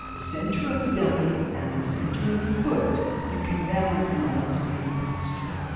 the center of the belly and the center of the foot, you can balance in almost any posture.